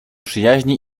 przyjaźnie